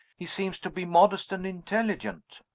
he seems to be modest and intelligent.